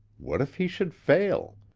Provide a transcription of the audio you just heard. what if he should fail?